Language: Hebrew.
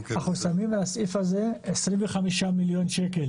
אנחנו שמים על הסעיף הזה 25 מיליון שקל